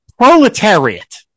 Proletariat